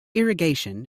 irrigation